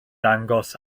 dangos